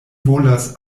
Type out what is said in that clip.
volas